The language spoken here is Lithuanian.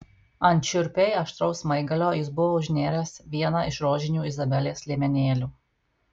ant šiurpiai aštraus smaigalio jis buvo užnėręs vieną iš rožinių izabelės liemenėlių